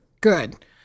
Good